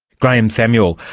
graeme samuel.